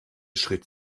schritt